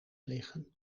liggen